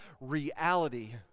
reality